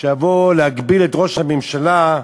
שאבוא להגביל את ראש הממשלה,